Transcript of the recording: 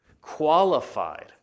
qualified